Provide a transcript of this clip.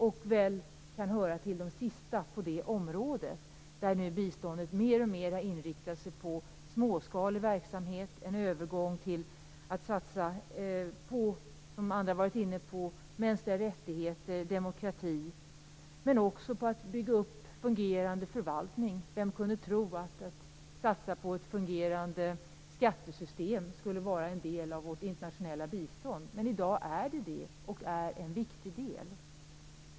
Den satsningen kan höra till de sista på ett område där biståndet mer och mer har inriktat sig på småskalig verksamhet. Det sker en övergång till satsningar på mänskliga rättigheter och demokrati, som andra har varit inne på, men också på att bygga upp fungerande förvaltning. Vem kunde tro att en satsning på ett fungerande skattesystem skulle vara en del av vårt internationella bistånd? I dag är det så, och det är en viktig del.